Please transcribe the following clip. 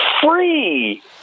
free